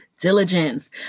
diligence